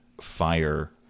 fire